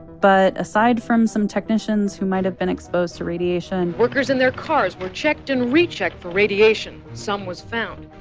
but aside from some technicians who might have been exposed to radiation. workers in their cars were checked and rechecked for radiation. some was found.